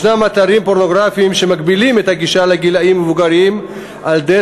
יש אתרים פורנוגרפיים שמגבילים את הגישה לגילאים מבוגרים על-ידי